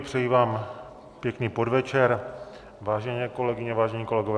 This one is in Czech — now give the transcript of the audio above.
Přeji vám pěkný podvečer, vážené kolegyně, vážení kolegové.